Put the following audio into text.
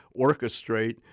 orchestrate